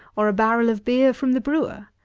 or a barrel of beer from the brewer.